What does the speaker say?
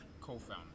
co-founder